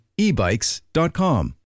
ebikes.com